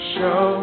Show